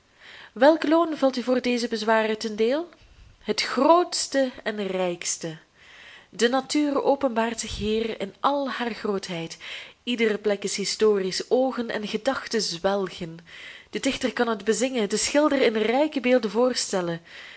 welk loon valt u voor deze bezwaren ten deel het grootste en rijkste de natuur openbaart zich hier in al haar grootheid iedere plek is historisch oogen en gedachten zwelgen de dichter kan het bezingen de schilder in rijke beelden voorstellen